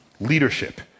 leadership